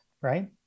right